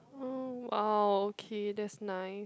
oh !wow! okay that's nice